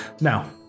Now